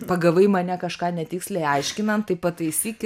pagavai mane kažką netiksliai aiškinant tai pataisyk